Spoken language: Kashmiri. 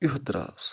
یُتھ دَرٛاو سُہ